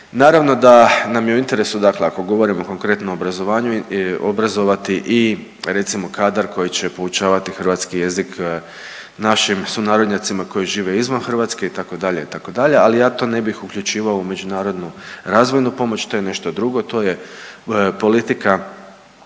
Naravno da nam je u interesu, dakle ako govorimo konkretno o obrazovanju obrazovati i recimo kadar koji će poučavati hrvatski jezik našim sunarodnjacima koji žive izvan Hrvatske itd. itd. Ali ja to ne bih uključivao u međunarodnu razvojnu pomoć. To je nešto drugo, to je politika